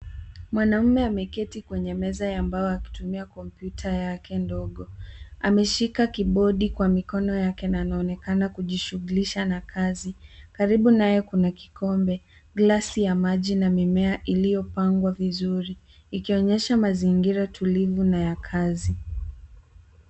Mwanaume ameketi kwenye meza ya mbao akitumia kompyuta yake ndogo. Ameshika kibodi kwa mikono yake na anaonekana kujishugulisha na kazi. Karibu naye kuna kikombe, glasi ya maji na mimea iliyopangwa vizuri ikionyesha mazingira tulivu na ya kazi.